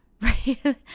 right